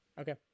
Okay